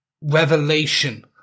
revelation